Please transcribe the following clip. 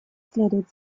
следует